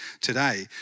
today